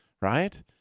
right